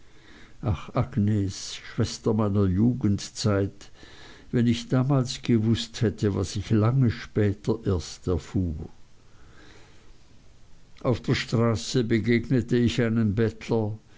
ach agnes schwester meiner jugendzeit wenn ich damals gewußt hätte was ich lange später erst erfuhr auf der straße begegnete ich einem bettler